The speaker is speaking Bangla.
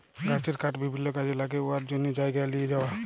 গাহাচের কাঠ বিভিল্ল্য কাজে ল্যাগে উয়ার জ্যনহে জায়গায় লিঁয়ে যাউয়া